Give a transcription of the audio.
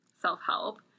self-help